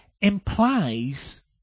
implies